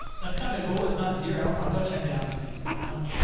that's kinda cool, it's not zero. i'll go check it out and see what's going on.